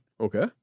okay